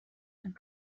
and